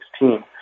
2016